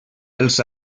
els